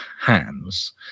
hands